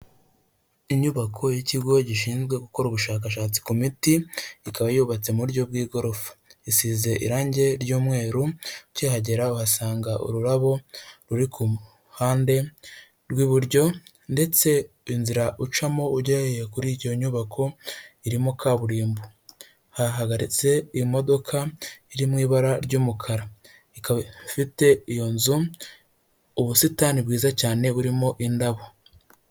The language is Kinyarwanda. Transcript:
Inyubako y'ikigo gishinzwe gukora ubushakashatsi ku miti, ikaba yubatse mu buryo bw'igorofa, isize irangi ry'umweru, ukihagera uhasanga ururabo ruri ku ruhande rw'iburyo ndetse inzira ucamo ujyayo kuri iyo nyubako irimo kaburimbo, hahagaritse imodoka iri mu ibara ry'umukara, ikaba ifite iyo nzu ubusitani bwiza cyane burimo indabo.